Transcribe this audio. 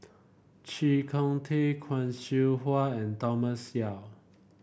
Chee Kong Tet Khoo Seow Hwa and Thomas Yeo